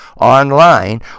online